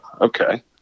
okay